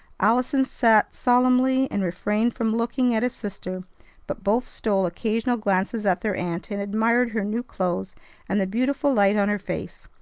allison sat solemnly, and refrained from looking at his sister but both stole occasional glances at their aunt, and admired her new clothes and the beautiful light on her face.